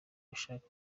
ushaka